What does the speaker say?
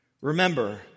Remember